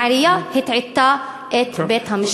העירייה הטעתה את בית-המשפט.